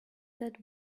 that